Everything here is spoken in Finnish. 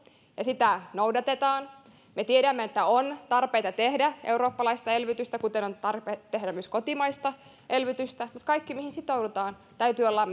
ja sitä noudatetaan me tiedämme että on tarpeita tehdä eurooppalaista elvytystä kuten on tarpeen tehdä myös kotimaista elvytystä mutta kaikkien ratkaisujen mihin sitoudutaan täytyy olla